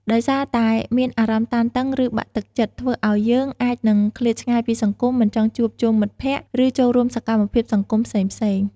ដោយសារតែមានអារម្មណ៍តានតឹង ឬបាក់ទឹកចិត្ត ធ្វើអោយយើងអាចនឹងឃ្លាតឆ្ងាយពីសង្គម មិនចង់ជួបជុំមិត្តភក្តិ ឬចូលរួមសកម្មភាពសង្គមផ្សេងៗ។